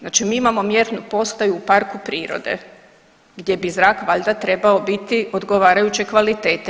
Znači mi imamo mjernu postaju u parku prirode gdje bi zrak valjda trebao biti odgovarajuće kvalitete.